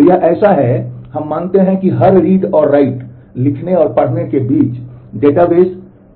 तो यह ऐसा है हम मानते हैं कि हर रीड और राइट लिखने और पढ़ने के बीच डेटाबेस